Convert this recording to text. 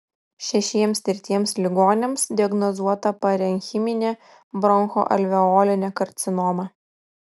šešiems tirtiems ligoniams diagnozuota parenchiminė bronchoalveolinė karcinoma